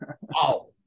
Wow